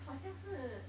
好像是